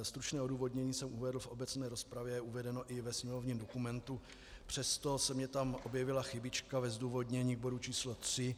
Stručné odůvodnění jsem uvedl v obecné rozpravě, je uvedeno i ve sněmovním dokumentu, přesto se mi tam objevila chybička ve zdůvodnění bodu číslo tři.